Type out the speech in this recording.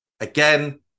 Again